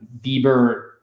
Bieber